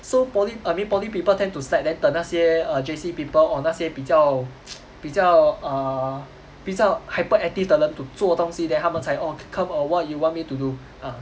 so poly I mean poly people tend to slack then 等那些 err J_C people or 那些比较 比较 err 比较 hyperactive 的人 to 做东西 that 他们才 oh come oh what you want me to do ah